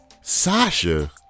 Sasha